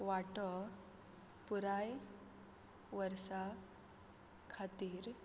वांटो पुराय वर्सा खातीर